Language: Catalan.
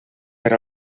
per